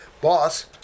boss